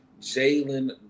Jalen